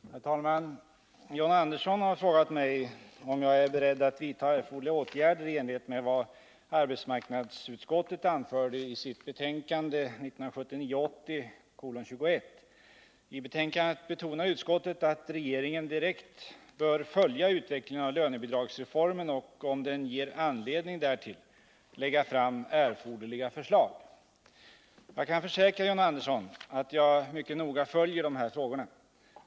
Herr talman! John Andersson har frågat mig om jag är beredd att vidta erforderliga åtgärder i enlighet med vad arbetsmarknadsutskottet anförde i sitt betänkande 1979/80:21. I betänkandet betonar utskottet att regeringen direkt bör följa utveckligen av lönebidragsreformen och om den ger anledning därtill lägga fram erforderliga förslag. Jag kan försäkra John Andersson att jag mycket noga följer dessa frågor.